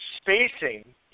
spacing